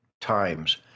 times